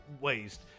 waste